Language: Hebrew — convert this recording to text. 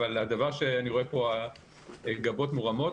אבל הדבר שאני רואה פה גבות מורמות,